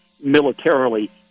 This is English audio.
militarily